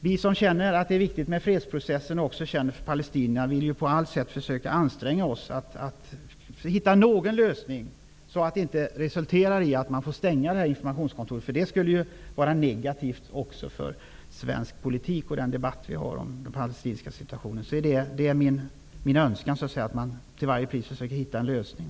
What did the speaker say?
Vi som känner att det är viktigt med fredsprocessen och som känner för palestinierna vill på allt sätt anstränga oss för att hitta en lösning, så att resultatet inte blir att PLO måste stänga informationskontoret. Det skulle vara negativt också för svensk politik och den debatt som vi för om den palestinska situationen. Det är min önskan att man till varje pris försöker hitta en lösning.